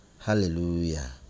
Hallelujah